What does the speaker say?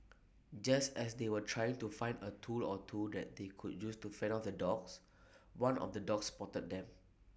just as they were trying to find A tool or two that they could use to fend off the dogs one of the dogs spotted them